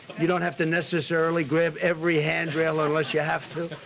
you don't have to necessarily grab every handrail, ah unless you have to.